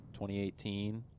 2018